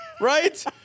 Right